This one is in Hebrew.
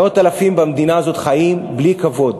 מאות אלפים במדינה הזאת חיים בלי כבוד.